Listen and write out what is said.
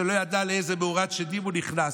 שלא ידע לאיזה מאורת שדים הוא נכנס.